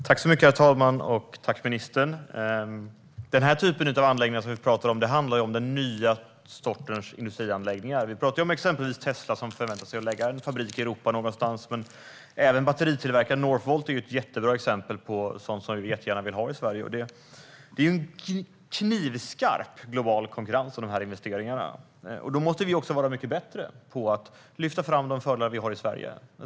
Herr talman! Tack, ministern! Den typ av anläggningar som vi talar om är den nya sortens industrianläggningar. Exempelvis förväntas Tesla förlägga en fabrik i Europa, men även batteritillverkaren North Volt är ett jättebra exempel på sådant som vi jättegärna vill ha i Sverige. Det råder knivskarp global konkurrens om de här investeringarna. Då måste vi också vara mycket bättre på att lyfta fram de fördelar vi har i Sverige.